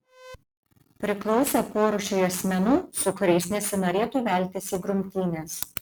priklausė porūšiui asmenų su kuriais nesinorėtų veltis į grumtynes